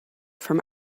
from